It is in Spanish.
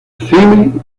cine